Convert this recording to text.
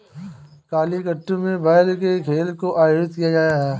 जलीकट्टू में बैल के खेल को आयोजित किया जाता है